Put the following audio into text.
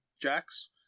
jacks